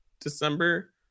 December